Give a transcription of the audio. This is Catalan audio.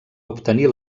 obtenir